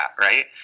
right